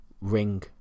ring